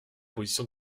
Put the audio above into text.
position